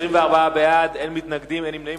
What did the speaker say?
24 בעד, אין מתנגדים, אין נמנעים.